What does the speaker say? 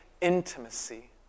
intimacy